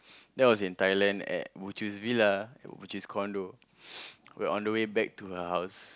that was in Thailand at Buchu's Villa Buchu's condo we were on the way back to her house